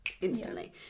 instantly